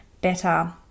better